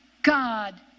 God